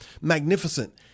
Magnificent